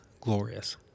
glorious